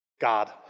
God